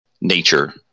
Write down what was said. nature